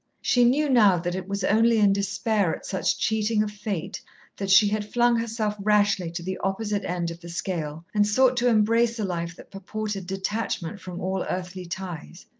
she knew now that it was only in despair at such cheating of fate that she had flung herself rashly to the opposite end of the scale, and sought to embrace a life that purported detachment from all earthly ties.